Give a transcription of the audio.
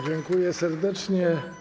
Dziękuję serdecznie.